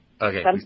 Okay